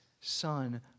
Son